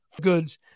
goods